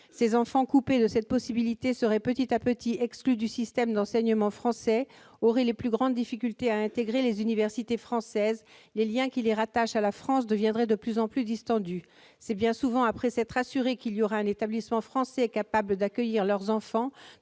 leurs parents. Privés de cette possibilité, ces enfants seraient petit à petit exclus du système d'enseignement français et auraient ensuite les plus grandes difficultés à intégrer les universités françaises. Les liens qui les rattachent à la France se distendraient de plus en plus. C'est bien souvent après s'être assurés qu'un établissement français pourra accueillir leurs enfants